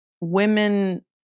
women